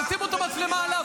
תשימו את המצלמה עליו,